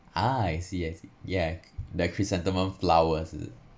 ah I see I see yeah the chrysanthemum flowers